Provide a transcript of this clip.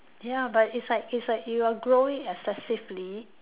ya but it's like it's like you are growing excessively